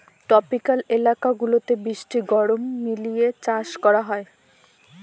tropical এলাকা গুলাতে বৃষ্টি গরম মিলিয়ে চাষ করা হয়